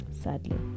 sadly